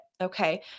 okay